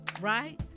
right